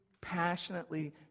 passionately